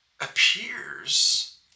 appears